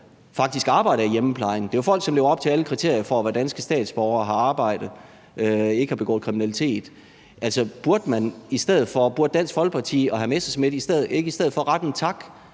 faktisk arbejder i hjemmeplejen. Det er jo folk, som lever op til alle kriterier for at være danske statsborgere og har arbejde og ikke har begået kriminalitet. Altså, burde Dansk Folkeparti og hr. Morten